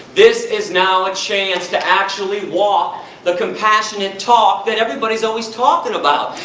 this is now a chance to actually walk the compassionate talk that everybody is always talking about.